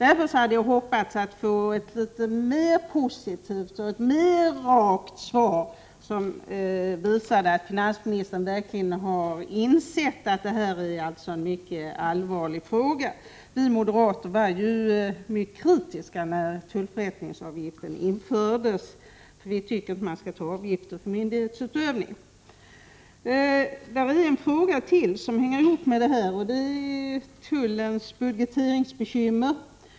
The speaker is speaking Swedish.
Jag hade därför hoppats att få ett mera positivt och rakt svar som visade att finansministern verkligen hade insett att det gäller en mycket allvarlig fråga. Vi moderater var mycket kritiska när tullförrättningsavgifterna infördes därför att vi inte tycker att man skall ta ut avgift för myndighetsutövning. Ytterligare en fråga hänger ihop med denna, och det är tullens budgeteringsbekymmer.